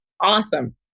awesome